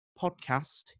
podcast